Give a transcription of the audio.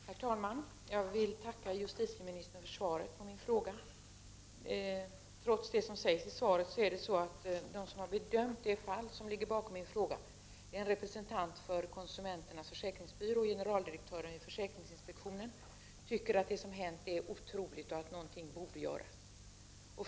Herr talman! Jag vill tacka justitieministern för svaret på min fråga. Trots vad som sägs i svaret har de som har bedömt det fall som ligger bakom min fråga — en representant för Konsumenternas försäkringsbyrå och generaldirektören vid försäkringsinspektionen — tyckt att det som har hänt är otroligt och att någonting borde göras.